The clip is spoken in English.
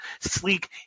sleek